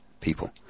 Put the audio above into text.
people